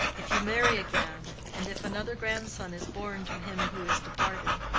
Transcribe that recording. if you marry again, and if another grandson is born to him who is departed,